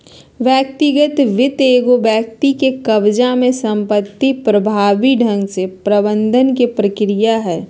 व्यक्तिगत वित्त एगो व्यक्ति के कब्ज़ा में संपत्ति प्रभावी ढंग से प्रबंधन के प्रक्रिया हइ